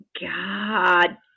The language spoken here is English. God